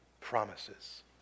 promises